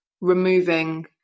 removing